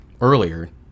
Earlier